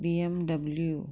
BMW